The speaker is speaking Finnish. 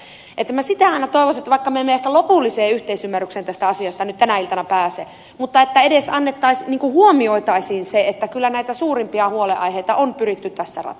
minä sitä aina toivoisin että vaikka me emme ehkä lopulliseen yhteisymmärrykseen tästä asiasta nyt tänä iltana pääse edes huomioitaisiin se että kyllä näitä suurimpia huolenaiheita on pyritty tässä ratkomaan